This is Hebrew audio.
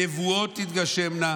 הנבואות תתגשמנה,